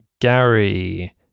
Gary